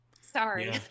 sorry